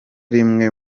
rimwe